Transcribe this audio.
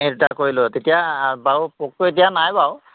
সেই তেতিয়া কৰিলোঁ তেতিয়া বাৰু পোকটো এতিয়া নাই বাৰু